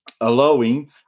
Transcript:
allowing